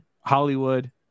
Hollywood